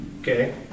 okay